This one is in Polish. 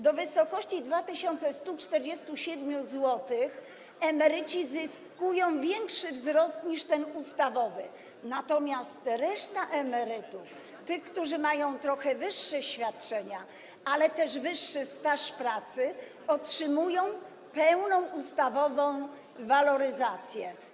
Do wysokości 2147 zł emeryci zyskują wyższy wzrost niż ten ustawowy, natomiast reszta emerytów, tych, którzy mają trochę wyższe świadczenia, ale też dłuższy staż pracy, otrzymuje pełną ustawową waloryzację.